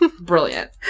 brilliant